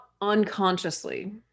unconsciously